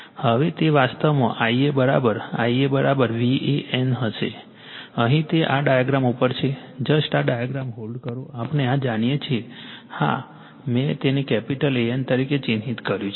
હવે તે વાસ્તવમાં Ia Ia VAN હશે અહીં તે આ ડાયાગ્રામ ઉપર છે જસ્ટ આ ડાયાગ્રામ હોલ્ડ કરો આપણે આ જાણીએ છીએ આ હા મેં તેને કેપિટલ A N તરીકે ચિહ્નિત કર્યું છે